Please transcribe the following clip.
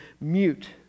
mute